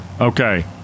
Okay